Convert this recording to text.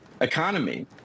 economy